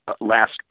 last